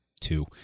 two